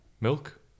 Milk